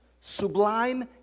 sublime